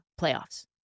playoffs